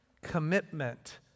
Commitment